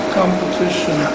competition